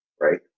right